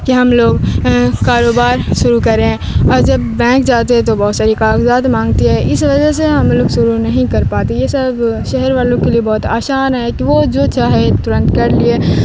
کہ ہم لوگ کاروبار شروع کریں اور جب بینک جاتے ہیں تو بہت ساری کاغذات مانگتی ہے اس وجہ سے ہم لوگ شروع نہیں کر پاتے یہ سب شہر والوں کے لیے بہت آسان ہے کہ وہ جو چاہے ترنت کر لیے